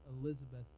Elizabeth